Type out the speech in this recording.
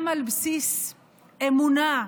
גם על בסיס אמונה.